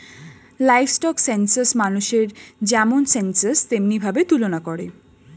livestock census মানুষের যেমন census তেমনি ভাবে তুলনা করে